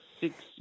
six